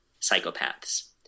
psychopaths